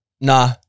Nah